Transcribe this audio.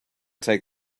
take